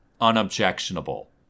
unobjectionable